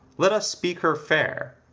let us speak her fair.